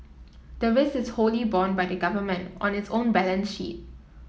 the risk is wholly borne by the Government on its own balance sheet